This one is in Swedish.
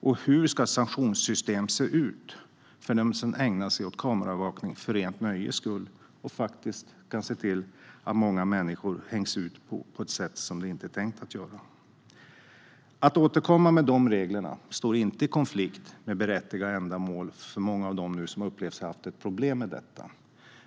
Och hur ska sanktionssystemet se ut för dem som ägnar sig åt kameraövervakning för rent nöjes skull och som faktiskt kan se till att många människor hängs ut på ett sätt som det inte är tänkt att de ska hängas ut på? Att återkomma med dessa regler står inte i konflikt med berättigade ändamål för många av dem som har upplevt sig ha problem med detta.